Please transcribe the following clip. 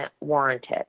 warranted